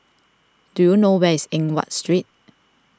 do you know where is Eng Watt Street